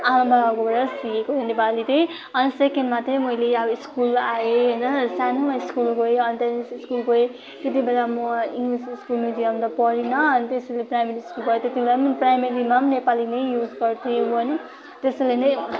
आमा बाबाकोबाट सिकेको नेपाली चाहिँ सेकेन्डमा चाहिँ मैले स्कुल आएँ होइन सानै स्कुल गएँ अन्त त्यति बेला म इङ्ग्लिस स्कुल मिडियम त पढिन अनि त्यस पछि प्राइमरी स्कुल पढ़े त्यति बेला प्राइमेरीमा पनि नेपालीमा नै युज गर्थेँ त्यसैले नै